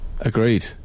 Agreed